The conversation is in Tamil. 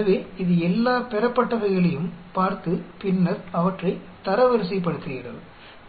எனவே இது எல்லா பெறப்பட்டவைகளையும் பார்த்து பின்னர் அவற்றை தரவரிசைப்படுத்துகிறது